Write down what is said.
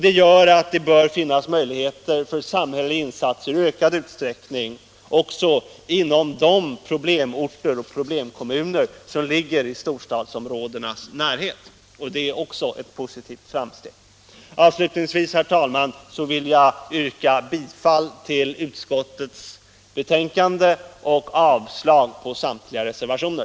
Det bör därför finnas ökade möjligheter till samhälleliga insatser även inom de problemorter och problemkommuner som ligger i storstadsområdenas närhet. Detta är också ett framsteg. Avslutningsvis, herr talman, vill jag yrka bifall till utskottets hemställan, vilket innebär avslag på samtliga reservationer.